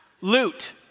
loot